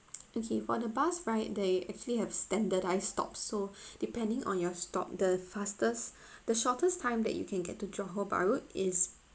okay for the bus right they actually have standardised stop so depending on your stop the fastest the shortest time that you can get to johor bahru is